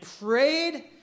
prayed